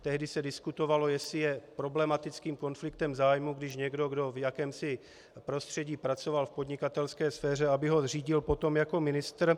Tehdy se diskutovalo, jestli je problematickým konfliktem zájmů, když někdo, kdo v jakémsi prostředí pracoval v podnikatelské sféře, aby ho řídil jako ministr.